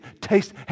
Taste